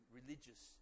religious